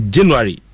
January